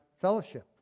fellowship